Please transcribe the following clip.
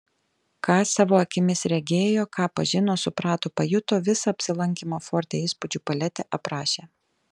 ką savo akimis regėjo ką pažino suprato pajuto visą apsilankymo forte įspūdžių paletę aprašė